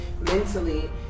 mentally